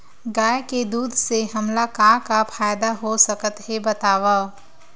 गाय के दूध से हमला का का फ़ायदा हो सकत हे बतावव?